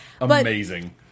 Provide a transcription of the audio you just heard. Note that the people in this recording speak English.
amazing